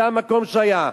זה המקום שהיה,